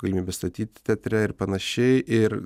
galimybės statyt teatre ir panašiai ir